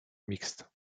mixte